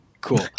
Cool